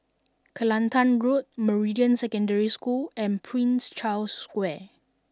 Kelantan Road Meridian Secondary School and Prince Charles Square